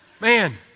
Man